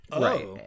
Right